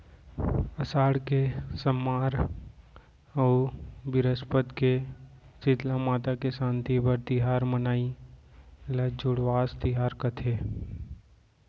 असाड़ के सम्मार अउ बिरस्पत के सीतला माता के सांति बर तिहार मनाई ल जुड़वास तिहार कथें